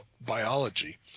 biology